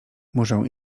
muszę